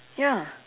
ya